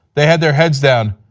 they had their heads down,